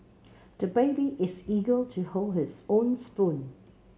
the baby is eager to hold his own spoon